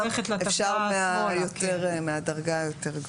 אפשר מהדרגה היותר גבוהה.